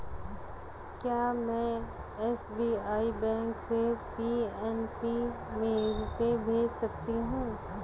क्या में SBI bank से पी.एन.बी में रुपये भेज सकती हूँ?